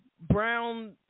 brown